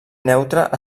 neutra